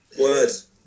Words